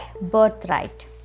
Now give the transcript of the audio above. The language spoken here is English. birthright